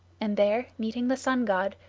and there meeting the sun-god,